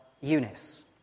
Eunice